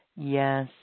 Yes